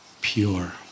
pure